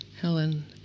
Helen